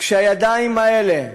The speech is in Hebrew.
כשהידיים האלה,